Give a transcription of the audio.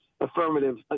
affirmative